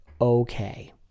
Okay